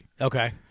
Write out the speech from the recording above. Okay